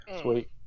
Sweet